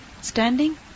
standing